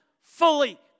fully